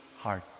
heart